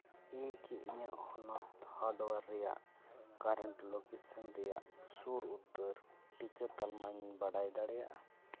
ᱤᱧ ᱠᱤ ᱤᱧᱟᱹᱜ ᱦᱚᱱᱚᱛ ᱦᱟᱨᱰᱣᱟᱨ ᱨᱮᱭᱟᱜ ᱠᱟᱨᱮᱱᱴ ᱞᱳᱠᱮᱥᱚᱱ ᱨᱮᱭᱟᱜ ᱥᱩᱨ ᱩᱛᱟᱹᱨ ᱴᱤᱠᱟᱹ ᱛᱟᱞᱢᱟᱧ ᱵᱟᱰᱟᱭ ᱫᱟᱲᱮᱭᱟᱜᱼᱟ